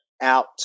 out